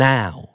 Now